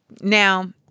Now